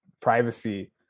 privacy